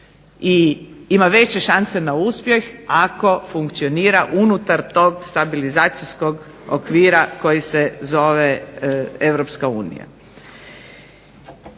ima veće šanse na uspjeh ako funkcionira unutar tog stabilizacijskog okvira koji se zove EU. Jednim